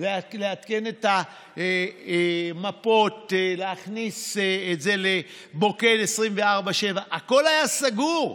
לעדכן את המפות ולהכניס את זה למוקד 24/7. הכול היה סגור.